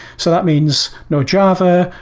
so that means no java,